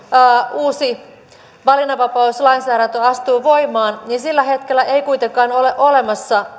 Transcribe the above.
uusi valinnanvapauslainsäädäntö astuu voimaan niin sillä hetkellä ei kuitenkaan ole ole olemassa